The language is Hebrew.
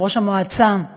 המועצה